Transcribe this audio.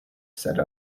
said